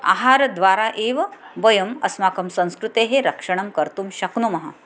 आहारद्वारा एव वयम् अस्माकं संस्कृतेः रक्षणं कर्तुं शक्नुमः